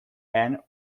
and